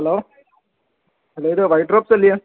hello hello ഇത് അല്ലേ